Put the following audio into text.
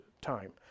time